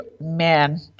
man